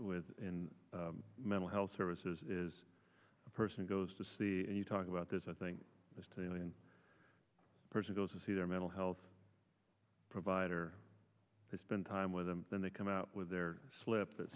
with mental health services is a person goes to see you talk about this i think this to a person goes to see their mental health provider they spend time with them then they come out with their slip that